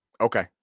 okay